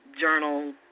journal